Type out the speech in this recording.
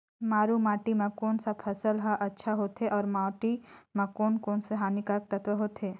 मारू माटी मां कोन सा फसल ह अच्छा होथे अउर माटी म कोन कोन स हानिकारक तत्व होथे?